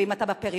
ואם אתה בפריפריה,